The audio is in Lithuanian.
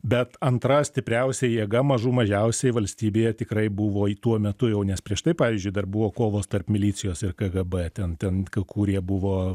bet antra stipriausia jėga mažų mažiausiai valstybėje tikrai buvo tuo metu jau nes prieš tai pavyzdžiui dar buvo kovos tarp milicijos ir kgb ten ten kurie buvo